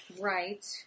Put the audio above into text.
Right